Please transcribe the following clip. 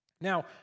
Now